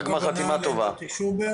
גמר חתימה טובה, שנה טובה.